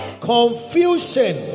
Confusion